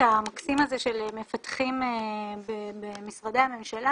המקסים של 'מפתחים במשרדי הממשלה',